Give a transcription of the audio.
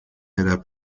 era